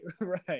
right